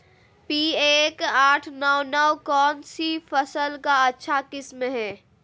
P एक आठ नौ नौ कौन सी फसल का अच्छा किस्म हैं?